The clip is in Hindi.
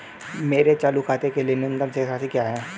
मेरे चालू खाते के लिए न्यूनतम शेष राशि क्या है?